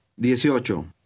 Dieciocho